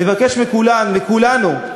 אני מבקש מכולם, מכולנו: